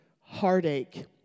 heartache